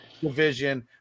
division